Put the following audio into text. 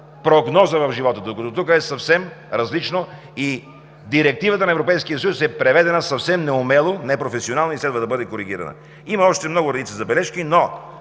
прогноза в живота. Докато тук е съвсем различно, и директивата на Европейския съюз е преведена съвсем неумело, непрофесионално и следва да бъде коригирана. Има още много редица забележки, но